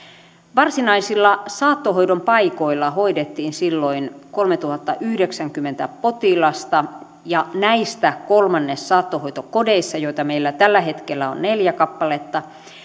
varsinaisilla saattohoidon paikoilla hoidettiin silloin kolmetuhattayhdeksänkymmentä potilasta ja näistä kolmannes saattohoitokodeissa joita meillä tällä hetkellä on neljä kappaletta